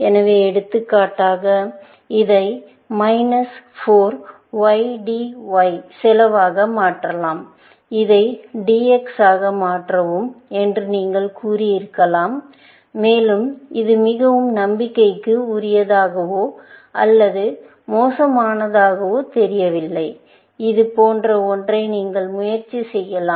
எனவே எடுத்துக்காட்டாக இதை மைனஸ் 4 YDY செலவாக மாற்றவும் இதை DX ஆக மாற்றவும் என்று நீங்கள் கூறி இருக்கலாம் மேலும் இது மிகவும் நம்பிக்கைக்கு உரியதாகவோ அல்லது மோசமானதாகவே தெரியவில்லை இது போன்ற ஒன்றை நீங்கள் முயற்சி செய்யலாம்